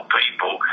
people